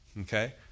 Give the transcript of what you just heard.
Okay